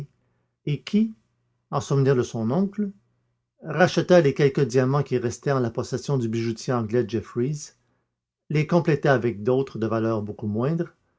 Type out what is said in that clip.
et qui en souvenir de son oncle racheta les quelques diamants qui restaient en la possession du bijoutier anglais jefferys les compléta avec d'autres de valeur beaucoup moindre